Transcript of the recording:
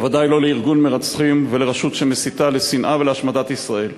בוודאי לא לארגון מרצחים ולרשות שמסיתה לשנאה ולהשמדת ישראל.